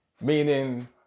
Meaning